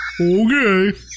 Okay